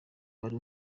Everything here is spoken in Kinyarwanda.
wari